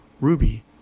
Ruby